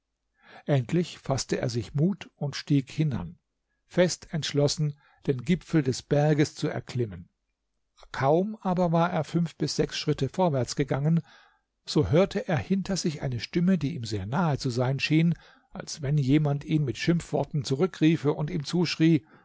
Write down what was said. endlich faßte er sich mut und stieg hinan fest entschlossen den gipfel des berges zu erklimmen kaum aber war er fünf bis sechs schritte vorwärts gegangen so hörte er hinter sich eine stimme die ihm sehr nahe zu sein schien als wenn jemand ihn mit schimpfworten zurückriefe und ihm zuschrie